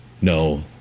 No